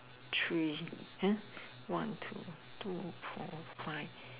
three one two four five